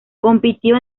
compitió